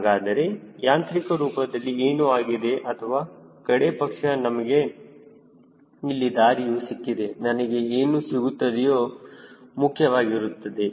ಹಾಗಾದರೆ ಯಾಂತ್ರಿಕ ರೂಪದಲ್ಲಿ ಏನು ಆಗಿದೆ ಅಥವಾ ಕಡೇಪಕ್ಷ ನಮಗೆ ಇಲ್ಲಿ ದಾರಿಯು ಸಿಕ್ಕಿದೆ ನನಗೆ ಏನು ಸಿಗುತ್ತಿದೆಯೋ ಮುಖ್ಯವಾಗಿರುತ್ತದೆ